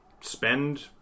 Spend